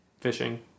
fishing